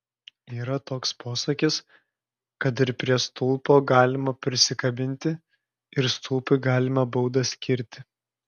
yra toks posakis kad ir prie stulpo galima prisikabinti ir stulpui galima baudą skirti